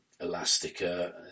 elastica